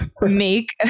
make